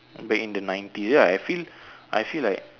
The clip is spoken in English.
back in the ninety ya I feel I feel like